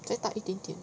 再大一点点